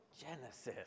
Genesis